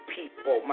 people